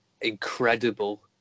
incredible